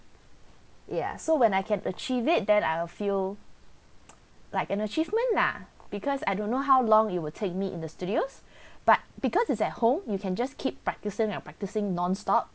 ya so when I can achieve it then I will feel like an achievement lah because I don't know how long it will take me in the studios but because it's at home you can just keep practicing and practicing non-stop